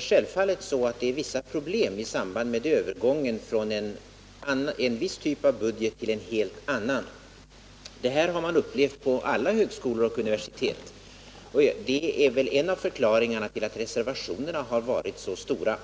Självfallet uppstår det vissa problem vid övergången från en viss typ av budget till en helt annan. Det här har man upplevt vid alla högskolor och universitet, och detta är väl en av förklaringarna till att reservationerna har varit så stora.